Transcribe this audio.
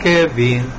Kevin